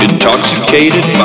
Intoxicated